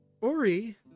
ori